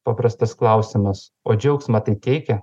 paprastas klausimas o džiaugsmą tai teikia